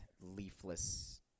leafless